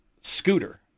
scooter